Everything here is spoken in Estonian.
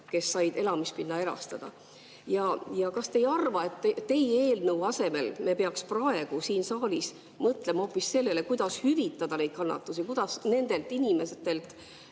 kes said elamispinna erastada. Kas te ei arva, et teie eelnõu asemel me peaks praegu siin saalis mõtlema hoopis sellele, kuidas hüvitada neid kannatusi, kuidas nendelt inimestelt